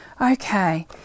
Okay